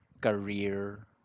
career